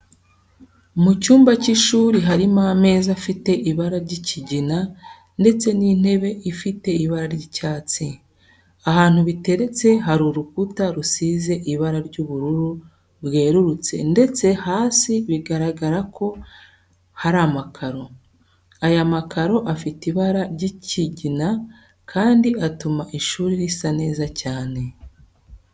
Mu cyumba cy'ishuri harimo ameza afite ibara ry'ikigina ndetse n'intebe ifite ibara ry'icyatsi. Ahantu biteretse hari urukuta rusize ibara ry'ubururu bwerurutse ndetse hasi biragaragara ko hari amakaro. Aya makaro afite ibara ry'ikigina kandi atuma ishuri risa neza cyane.